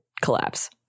collapse